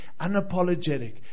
unapologetic